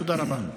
תודה רבה.